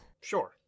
Sure